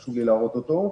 וחשוב לי להראות אותו: